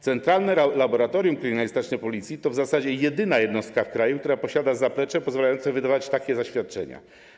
Centralne Laboratorium Kryminalistyczne Policji to w zasadzie jedyna jednostka w kraju, która posiada zaplecze pozwalające wydawać takie zaświadczenia.